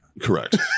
Correct